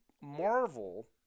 Marvel